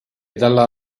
dalla